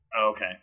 Okay